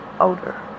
older